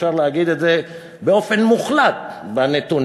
אפשר להגיד את זה באופן מוחלט בנתונים.